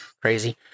crazy